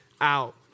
out